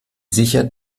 sicher